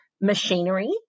machinery